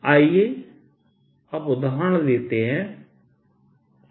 आइए अब उदाहरण लेते हैं